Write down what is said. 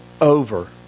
over